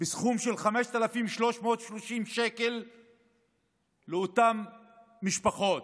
בסכום של 5,330 שקל לאותן משפחות.